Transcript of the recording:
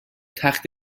تخت